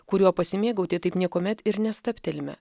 kuriuo pasimėgauti taip niekuomet ir nestabtelime